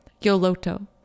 yoloto